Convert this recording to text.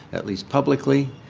at least publicly